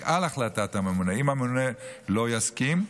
על החלטת הממונה: אם הממונה לא יסכים,